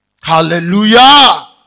Hallelujah